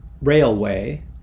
railway